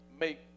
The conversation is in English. make